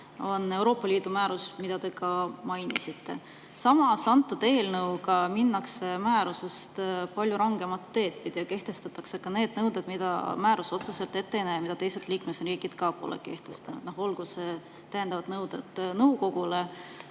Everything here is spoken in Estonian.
on Euroopa Liidu määrus, mida te ka mainisite. Samas, antud eelnõuga minnakse määrusest palju rangemat teed pidi ja kehtestatakse nõuded, mida määrus otseselt ette ei näe ja mida ka teised liikmesriigid pole kehtestanud, näiteks täiendavad nõuded nõukogule. Aga